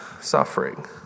suffering